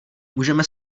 můžeme